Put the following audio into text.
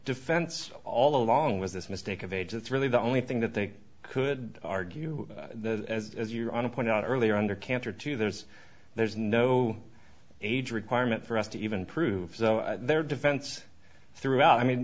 defense all along was this mistake of age that's really the only thing that they could argue as your on a point out earlier under cancer to there's there's no age requirement for us to even prove their defense throughout i mean